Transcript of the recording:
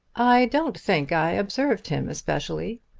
i don't think i observed him especially.